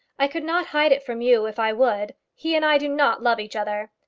i could not hide it from you if i would. he and i do not love each other.